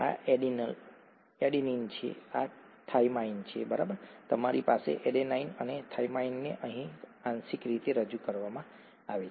આ એડિનિન છે આ થાઇમાઇન છે બરાબર તમારી પાસે એડેનાઇન અને થાઇમાઇનને અહીં આંશિક રીતે રજૂ કરવામાં આવ્યા છે